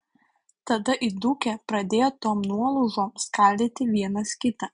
tada įdūkę pradėjo tom nuolaužom skaldyti vienas kitą